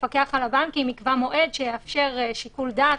שהמפקח על הבנקים יקבע מועד שיאפשר שיקול דעת.